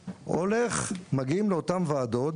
מגיעים לאותן ועדות,